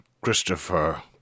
Christopher